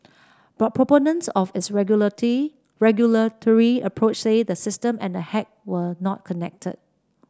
but proponents of its regulate regulatory approach say the system and the hack were not connected